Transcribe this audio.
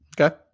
Okay